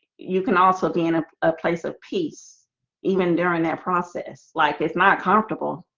you can also gain a place of peace even during that process like it's not comfortable,